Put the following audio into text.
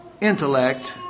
intellect